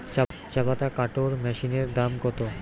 চাপাতা কাটর মেশিনের দাম কত?